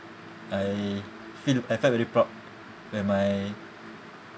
I feel I felt very proud when my